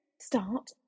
start